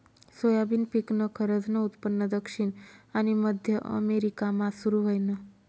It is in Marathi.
सोयाबीन पिकनं खरंजनं उत्पन्न दक्षिण आनी मध्य अमेरिकामा सुरू व्हयनं